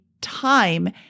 time